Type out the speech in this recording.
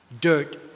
dirt